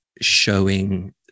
showing